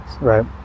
Right